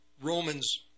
Romans